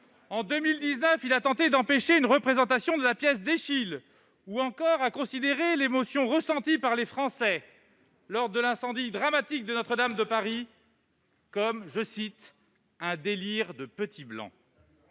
En 2019, il a tenté d'empêcher une représentation de la pièce d'Eschyle et a considéré l'émotion ressentie par les Français lors de l'incendie de Notre-Dame de Paris comme « un délire de petit blanc ».